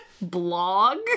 Blog